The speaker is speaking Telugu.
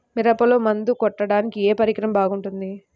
మిరపలో మందు కొట్టాడానికి ఏ పరికరం బాగుంటుంది?